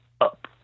up